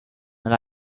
and